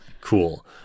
Cool